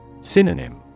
Synonym